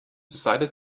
decided